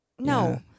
No